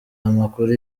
amakuru